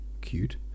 Cute